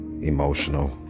Emotional